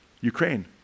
Ukraine